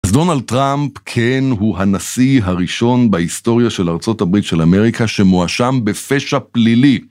אז דונאלד טראמפ כן הוא הנשיא הראשון בהיסטוריה של ארה״ב של אמריקה שמואשם בפשע פלילי.